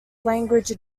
language